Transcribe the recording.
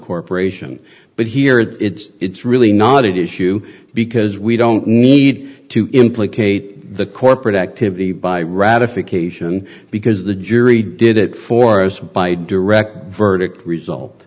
corporation but here it's really not issue because we don't need to implicate the corporate activity by ratification because the jury did it for us by direct verdict result